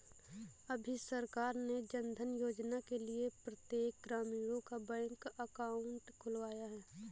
अभी सरकार ने जनधन योजना के लिए प्रत्येक ग्रामीणों का बैंक अकाउंट खुलवाया है